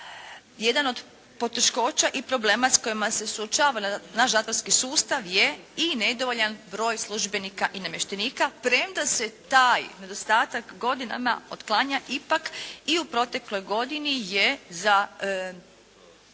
jedan od poteškoća i problema s kojima se suočava naš zatvorski sustav je i nedovoljan broj službenika i namještenika premda se taj nedostatak godinama otklanja ipak i u protekloj godini je za